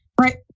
Right